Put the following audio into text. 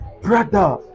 Brother